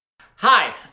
Hi